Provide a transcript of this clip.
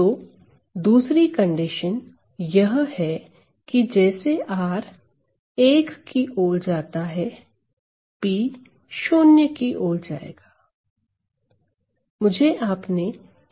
तो दूसरी कंडीशन यह है कि जैसे r एक की ओर जाता है P शून्य की ओर जाएगा